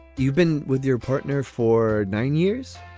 you've been with your partner for nine years.